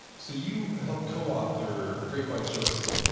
so you helped coauthor great by choice,